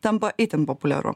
tampa itin populiaru